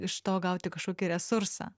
iš to gauti kažkokį resursą